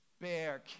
Bear